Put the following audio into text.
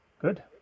good